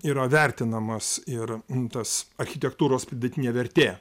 yra vertinamas ir tas architektūros pridėtinė vertė